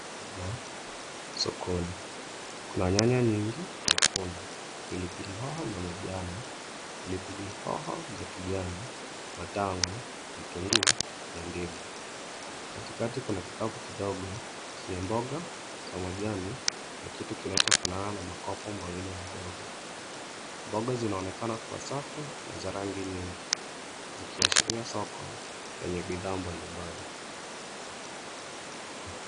Mboga sokoni. Kuna nyanya nyingi nyekundu, pilipili hoho za manjano, pilipili hoho za kijani, matango, vitunguu na ndimu. Katikati kuna kikapu kidogo chenye mboga za majani na kitu kinachofanana na makopo mawili madogo. Mboga zinaonekana kuwa safi na za rangi nyingi, zikiashiria soko lenye bidhaa mbalimbali.